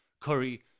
curry